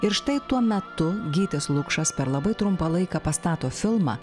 ir štai tuo metu gytis lukšas per labai trumpą laiką pastato filmą